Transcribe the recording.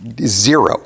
Zero